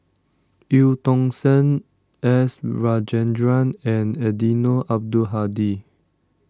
Eu Tong Sen S Rajendran and Eddino Abdul Hadi